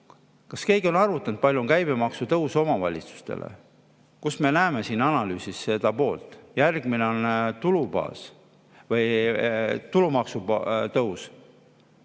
kas keegi on arvutanud, kui [suur kulu] on käibemaksu tõus omavalitsustele? Kus me näeme siin analüüsis seda poolt? Järgmine on tulubaas või tulumaksu tõus.